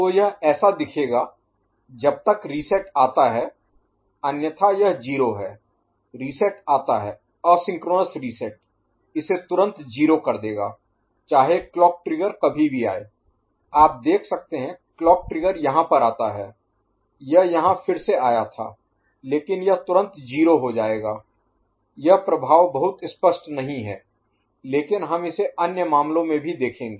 तो यह ऐसा दिखेगा जब तक रीसेट आता है अन्यथा यह 0 है रीसेट आता है असिंक्रोनस रीसेट इसे तुरंत 0 कर देगा चाहे क्लॉक ट्रिगर कभी भी आये आप देख सकते हैं क्लॉक ट्रिगर यहाँ पर आता है यह यहाँ फिर से आया था लेकिन यह तुरंत 0 हो जाएगा यह प्रभाव बहुत स्पष्ट नहीं है लेकिन हम इसे अन्य मामलों में भी देखेंगे